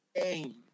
game